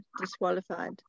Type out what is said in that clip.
disqualified